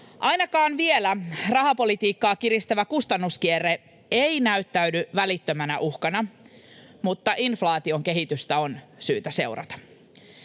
Ainakaan vielä rahapolitiikkaa kiristävä kustannuskierre ei näyttäydy välittömänä uhkana, mutta inflaation kehitystä on syytä seurata.